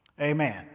Amen